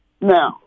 No